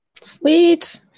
Sweet